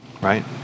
Right